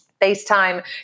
FaceTime